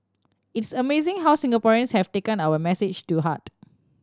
it's amazing how Singaporeans have taken our message to heart